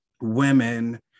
women